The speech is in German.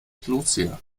lucia